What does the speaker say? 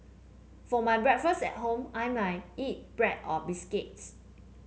for my breakfast at home I might eat bread or biscuits